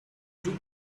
two